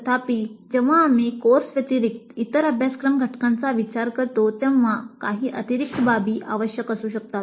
तथापि जेव्हा आम्ही कोर्सव्यतिरिक्त इतर अभ्यासक्रम घटकांचा विचार करतो तेव्हा काही अतिरिक्त बाबी आवश्यक असू शकतात